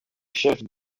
chefs